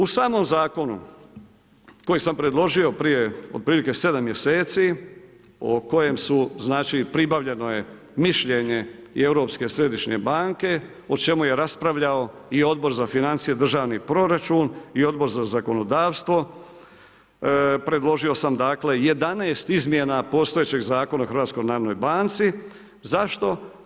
U samom zakonu, koji sam predložio prije otprilike 7 mj. o kojem su znači, pribavljeno je mišljenje i Europske središnje banke, o čemu je raspravljao i Odbor za financije i državni proračun i Odbor za zakonodavstvo, predložio sam 11 izmjena postojećeg Zakona o HNB, zašto?